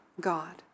God